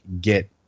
get